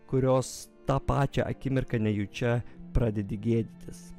kurios tą pačią akimirką nejučia pradedi gėdytis